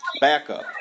backup